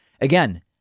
Again